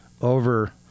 over